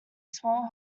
small